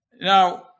Now